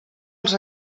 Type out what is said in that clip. els